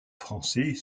français